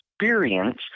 experience